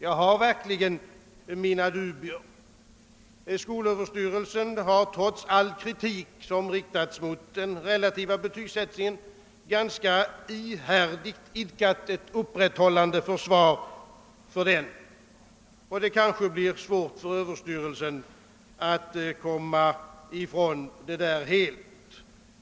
Jag har verkligen mina dubier. Skolöverstyrelsen har trots all kritik som riktats mot den relativa betygsättningen ganska ihärdigt idkat ett uppehållande försvar för den, och det blir kanske svårt för överstyrelsen att komma ifrån saken helt.